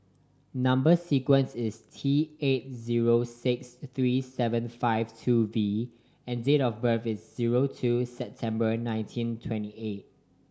number sequence is T eight zero six three seven five two V and date of birth is zero two September nineteen twenty eight